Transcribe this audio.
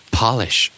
polish